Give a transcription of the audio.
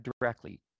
directly